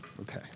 Okay